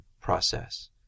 process